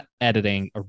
Editing